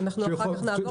שהוא יוכל להבהיר.